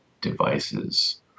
devices